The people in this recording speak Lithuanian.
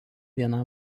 viena